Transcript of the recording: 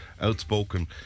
outspoken